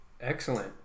Excellent